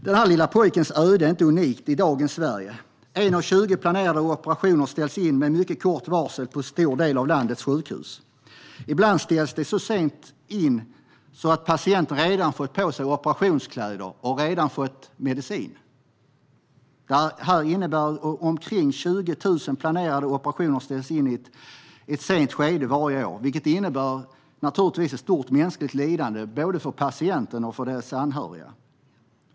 Den här lille pojkens öde är inte unikt i dagens Sverige. 1 av 20 planerade operationer ställs in med mycket kort varsel på en stor del av landets sjukhus. Ibland ställs de in så sent att patienterna redan har fått på sig operationskläder och fått medicin. Omkring 20 000 planerade operationer ställs in i ett sent skede varje år, vilket naturligtvis innebär stort mänskligt lidande, både för patienten och för dess anhöriga.